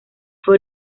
fue